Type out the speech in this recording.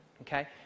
Okay